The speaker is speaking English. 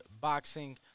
boxing